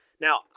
now